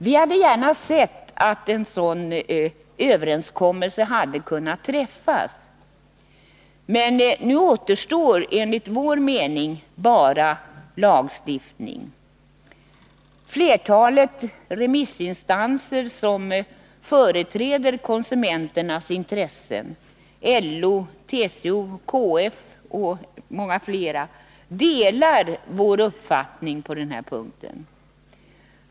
Vi hade gärna sett att en sådan överenskommelse hade kunnat träffas, men nu återstår enligt vår mening bara lagstiftning. Flertalet remissinstanser som företräder konsumenternas intressen — LO, TCO, KF och många fler — delar vår uppfattning.